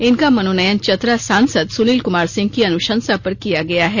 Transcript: इनका मनोनयन चतरा सांसद सुनील कुमार सिंह की अनुशंसा पर किया गया है